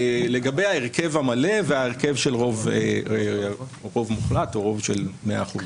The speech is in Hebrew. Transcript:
לגבי ההרכב המלא וההרכב של רוב מוחלט או רוב של 100 אחוזים.